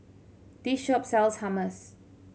this shop sells Hummus